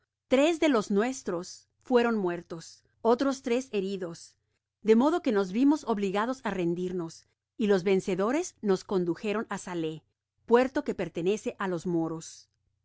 tres de los nuestros fueron muertos otros tres heridos de modo que nos vimos obligados á rendirnos y los vencedores nos condujeron á salé puerto que pertenece á los moros